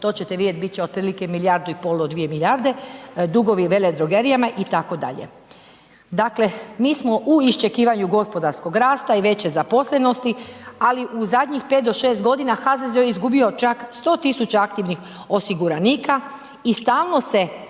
to ćete vidjeti, bit će otprilike milijardu i pol do 2 milijarde, dugovi veledrogerijama itd. Dakle, mi smo u iščekivanju gospodarskog rasta i veće zaposlenosti ali u zadnjih 5 do 6 g., HZZO je izgubio čak 100 000 aktivnih osiguranika i stalno se